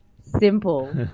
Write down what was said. simple